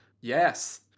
Yes